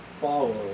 follow